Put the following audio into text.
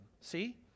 See